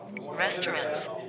Restaurants